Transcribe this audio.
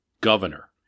governor